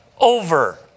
over